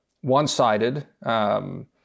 one-sided